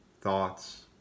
thoughts